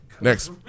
next